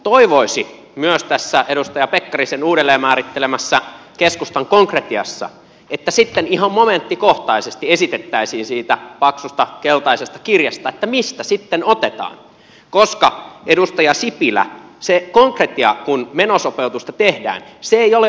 toivoisi myös tässä edustaja pekkarisen uudelleen määrittelemässä keskustan konkretiassa että sitten ihan momenttikohtaisesti esitettäisiin siitä paksusta keltaisesta kirjasta mistä sitten otetaan koska edustaja sipilä se konkretia kun menosopeutusta tehdään ei ole otsikoita